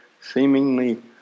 seemingly